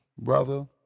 brother